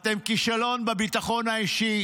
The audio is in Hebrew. אתם כישלון בביטחון האישי